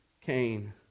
Cain